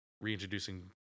reintroducing